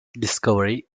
discovery